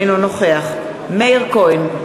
אינו נוכח מאיר כהן,